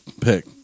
pick